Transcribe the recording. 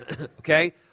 okay